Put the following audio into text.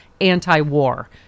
anti-war